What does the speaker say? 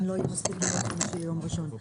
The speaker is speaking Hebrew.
לכן לא יהיה מספיק זמן ליום ראשון.